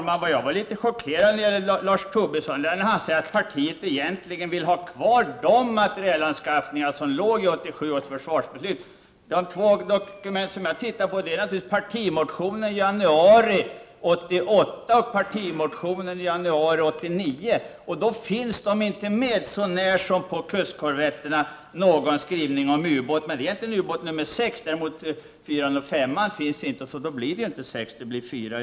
Fru talman! Vad som chockerade mig i Lars Tobissons anförande var att han sade att partiet egentligen vill ha kvar de materielanskaffningar som fanns med i 1987 års försvarsbeslut. De två dokument som jag tittar på är partimotionen från januari 1988 och partimotionen från januari 1989. I dessa finns de inte med, så när som på kustkorvetterna. Det finns också någon skrivning om ubåtar. Men det är ubåt nr 6. 4:an och 5:an däremot finns inte med. Därför blir det inte sex utan fyra.